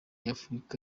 afurika